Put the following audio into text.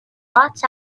blots